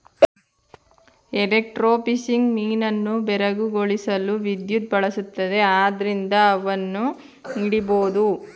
electrofishing ಮೀನನ್ನು ಬೆರಗುಗೊಳಿಸಲು ವಿದ್ಯುತ್ ಬಳಸುತ್ತದೆ ಆದ್ರಿಂದ ಅವನ್ನು ಹಿಡಿಬೋದು